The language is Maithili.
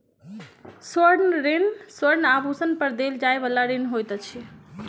स्वर्ण ऋण स्वर्ण आभूषण पर देल जाइ बला ऋण होइत अछि